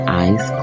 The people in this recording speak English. eyes